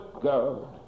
God